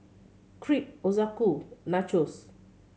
Crepe Ochazuke Nachos